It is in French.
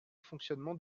fonctionnement